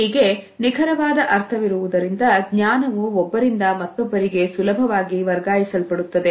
ಹೀಗೆ ನಿಖರವಾದ ಅರ್ಥವಿರುವುದರಿಂದ ಜ್ಞಾನವು ಒಬ್ಬರಿಂದ ಮತ್ತೊಬ್ಬರಿಗೆ ಸುಲಭವಾಗಿ ವರ್ಗಾಯಿಸಲ್ಪಡುತ್ತದೆ